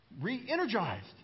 re-energized